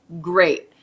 great